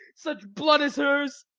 such blood as hers.